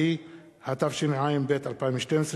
התשע"ב 2012,